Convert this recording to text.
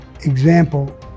example